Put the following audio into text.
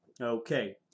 Okay